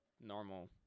normal